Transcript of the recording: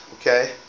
okay